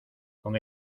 con